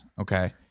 Okay